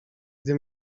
gdy